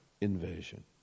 invasion